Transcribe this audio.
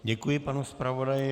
Děkuji panu zpravodaji.